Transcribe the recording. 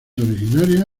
originaria